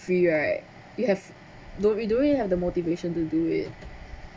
free right you have don't we don't really have the motivation to do it